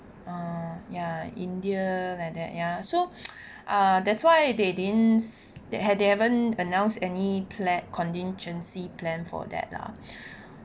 uh ya india like that ya so uh that's why they didn't they haven't announced any plan contingency plan for that lah